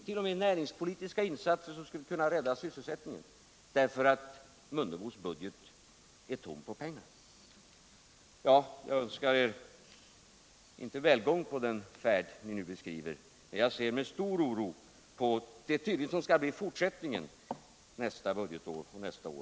0. m. till näringspolitiska insatser som skulle kunna rädda sysselsättningen, därför att herr Mundebos budget är tom på pengar. Jag önskar er inte välgång på den färd ni nu anträder, utan jag ser med stor oro på det som tydligen skall bli fortsättningen nästa budgetår.